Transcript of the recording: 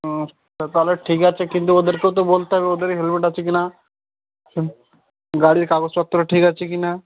ওহ তাহলে ঠিক আছে কিন্তু ওদেরকেও তো বলতে হবে ওদের হেলমেট আছে কি না গাড়ির কাগজপত্র ঠিক আছে কি না